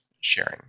sharing